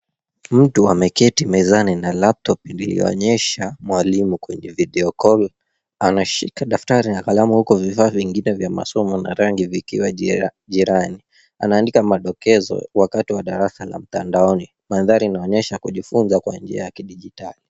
Mtu ameketi mezani na laptop iliyoonyesha mwalimu kwenye vidiokoli. Anashika daftari na kalamu, huku vifaa vingine vya masomo na rangi vikiwa jirani. Anaandika madokezo wakati wa darasa la mtandaoni. Mandhari inaonyesha kujifunza kwa njia ya kidijitali.